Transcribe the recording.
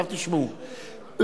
תשמעו,